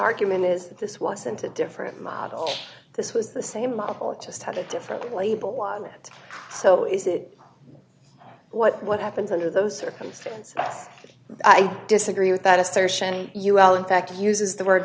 argument is that this wasn't a different model this was the same model just had a different label on it so is it what what happens under those circumstances i disagree with that assertion ul in fact uses the word